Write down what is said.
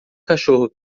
cachorro